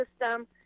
system